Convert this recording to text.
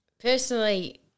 Personally